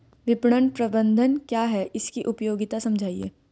विपणन प्रबंधन क्या है इसकी उपयोगिता समझाइए?